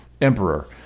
emperor